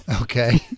Okay